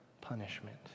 punishment